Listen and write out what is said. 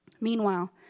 Meanwhile